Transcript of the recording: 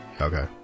Okay